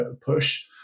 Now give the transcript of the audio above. push